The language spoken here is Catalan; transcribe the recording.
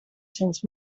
cents